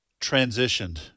transitioned